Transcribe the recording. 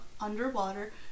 underwater